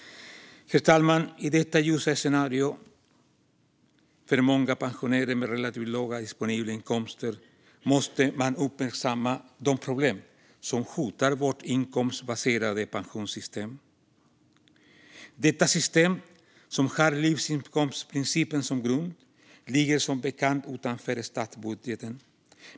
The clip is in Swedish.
Herr talman! I detta ljusa scenario för många pensionärer med relativt låga disponibla inkomster måste man uppmärksamma de problem som hotar vårt inkomstbaserade pensionssystem. Detta system, som har livsinkomstprincipen som grund, ligger som bekant utanför statsbudgeten.